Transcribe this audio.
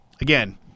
again